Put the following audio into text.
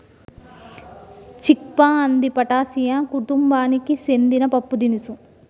చిక్ పా అంది ఫాటాసియా కుతుంబానికి సెందిన పప్పుదినుసు